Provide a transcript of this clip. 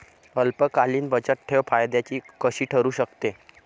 अल्पकालीन बचतठेव फायद्याची कशी ठरु शकते?